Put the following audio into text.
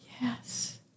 Yes